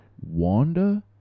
wanda